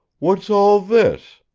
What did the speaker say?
what's all this?